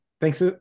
Thanks